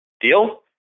Deal